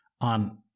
on